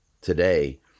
today